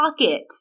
pocket